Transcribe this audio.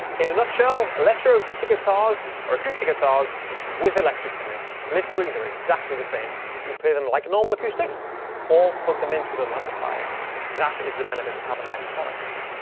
in a nutshell electro acoustic guitars or acoustic guitars with electrics in him literally they're exactly the same you play them like a normal acoustic or plug them into the lumber fire that is the benefit of have an electronics in them